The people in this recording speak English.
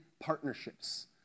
partnerships